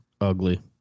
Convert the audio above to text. ugly